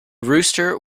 rooster